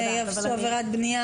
אם הם עשו עבירת בנייה,